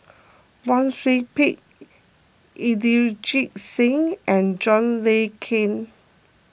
Wang Sui Pick Inderjit Singh and John Le Cain